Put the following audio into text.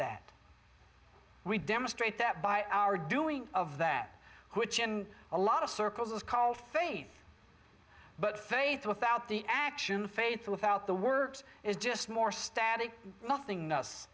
that we demonstrate that by our doing of that which in a lot of circles is called faith but faith without the action faith without the works is just more static nothing nuts